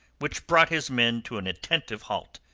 which brought his men to an attentive halt,